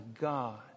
God